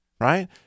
right